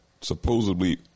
supposedly